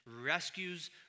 rescues